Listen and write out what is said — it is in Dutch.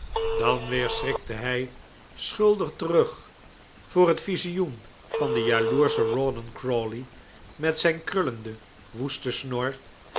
dan weer schrikte hij schuldig terug voor het visioen van den jaloerschen rawdon crawley met zijn krullende woeste snor